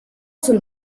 sul